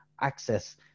access